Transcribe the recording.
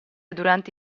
durante